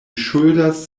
ŝuldas